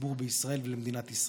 לציבור בישראל ולמדינת ישראל.